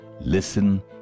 listen